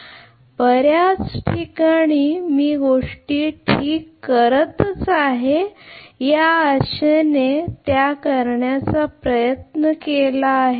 कारण बर्याच ठिकाणी मी गोष्टी ठीक आहेत या आशेने त्या करण्याचा प्रयत्न केला आहे